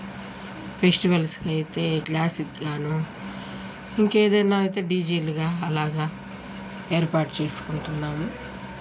ఫెస్టివల్స్కు అయితే క్లాసిక్గా ఇంకా ఏదైనా అయితే డీజేలుగా అలాగా ఏర్పాటు చేసుకుంటున్నాము